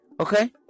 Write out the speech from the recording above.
okay